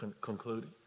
concluding